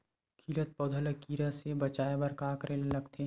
खिलत पौधा ल कीरा से बचाय बर का करेला लगथे?